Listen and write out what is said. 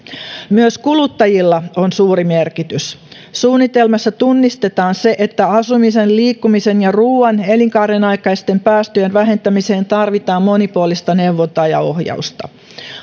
myös kuluttajilla on suuri merkitys suunnitelmassa tunnistetaan se että asumisen liikkumisen ja ruuan elinkaaren aikaisten päästöjen vähentämiseen tarvitaan monipuolista neuvontaa ja ohjausta